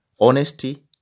honesty